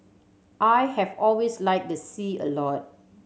I have always like the sea a lot